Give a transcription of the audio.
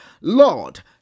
Lord